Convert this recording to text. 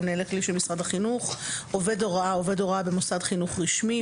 המנהל הכללי של משרד החינוך; " עובד הוראה"- עובד הוראה במוסד חינוך רשמי.